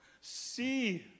see